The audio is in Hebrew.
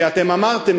כי אתם אמרתם,